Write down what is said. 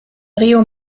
río